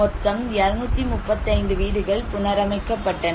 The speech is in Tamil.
மொத்தம் 235 வீடுகள் புனரமைக்கப்பட்டன